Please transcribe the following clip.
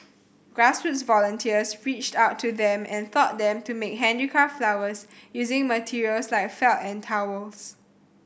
grassroots volunteers reached out to them and taught them to make handicraft flowers using materials like felt and towels